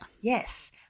Yes